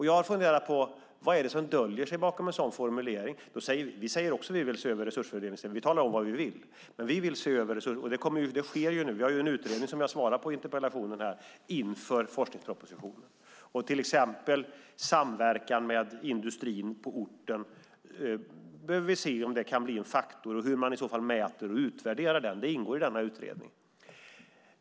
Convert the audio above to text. Jag har funderat på vad som döljer sig bakom en sådan formulering. Vi säger också att vi vill se över resursfördelningssystemet, och vi talar om vad vi vill. Men vi vill se över det, och det sker nu. Vi har tillsatt en utredning, som jag har sagt i svaret, inför forskningspropositionen. Vi behöver till exempel se om samverkan med industrin på orten kan bli en faktor och hur man i så fall mäter och utvärderar den. Det ingår i denna utredning.